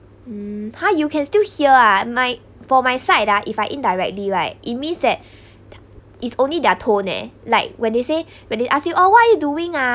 mm ha you can still hear ah I my for my side ah if I indirectly right it means that th~ is only their tone eh like when they say when they ask you oh what are you doing ah